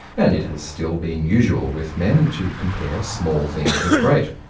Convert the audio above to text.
and it has still been usual with men to compare small things with great.